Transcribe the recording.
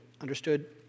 Understood